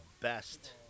best